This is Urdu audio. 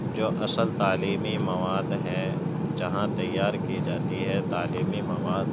جو اصل تعلیمی مواد ہے جہاں تیار کی جاتی ہے تعلیمی مواد